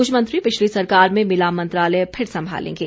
कुछ मंत्री पिछले सरकार में मिला मंत्रालय फिर संभालेंगे